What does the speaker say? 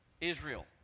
Israel